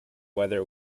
whether